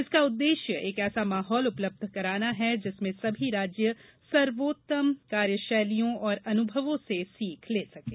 इसका उद्देश्य एक ऐसा माहौल उपलब्ध कराना है जिसमें सभी राज्य सर्वोत्तम कार्यशैलियों और अनुभवों से सीख ले सकें